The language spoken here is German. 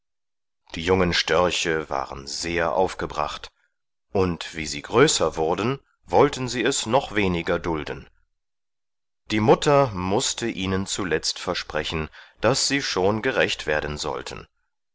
die jungen störche waren sehr aufgebracht und wie sie größer wurden wollten sie es noch weniger dulden die mutter mußte ihnen zuletzt versprechen daß sie schon gerächt werden sollten